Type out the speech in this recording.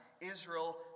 Israel